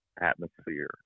atmosphere